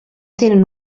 tenen